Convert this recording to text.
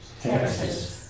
Texas